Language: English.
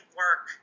work